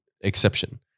exception